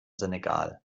senegal